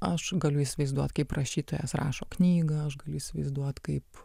aš galiu įsivaizduot kaip rašytojas rašo knygą aš galiu įsivaizduoti kaip